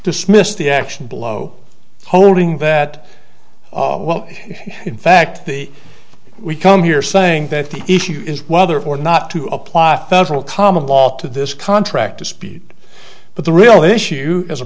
dismissed the action below holding that well in fact the we come here saying that the issue is whether or not to apply federal common law to this contract to speed but the real issue as a